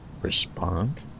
Respond